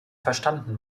verstanden